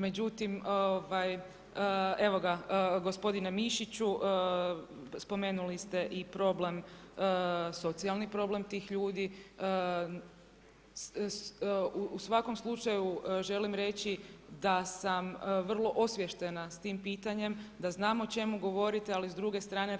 Međutim evo gospodine Mišiću spomenuli ste i problem socijalni problem tih ljudi u svakom slučaju želim reći da sam vrlo osviještena s tim pitanjem da znam o čemu govorite, ali s druge strane